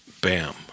bam